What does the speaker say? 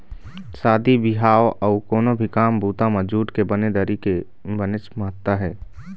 शादी बिहाव अउ कोनो भी काम बूता म जूट के बने दरी के बनेच महत्ता हे